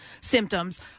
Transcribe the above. symptoms